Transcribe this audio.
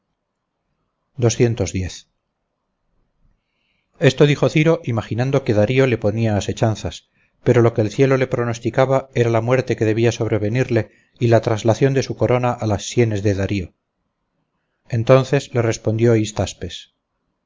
correspondientes esto dijo ciro imaginando que darío le ponía asechanzas pero lo que el cielo le pronosticaba era la muerte que debía sobrevenirle y la traslación de su corona a las sienes de darío entonces le respondió hystaspes